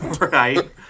Right